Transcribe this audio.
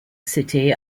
city